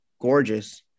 gorgeous